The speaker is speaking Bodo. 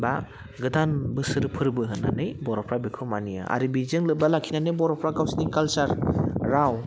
बा गोदान बोसोर फोरबो होन्नानै बर'फ्रा बेखौ मानियो आरो बेजों लोब्बा लाखिनानै बर'फ्रा गावसिनि कालसार राव